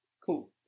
Cool